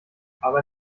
aber